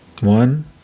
one